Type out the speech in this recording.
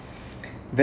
amazing ah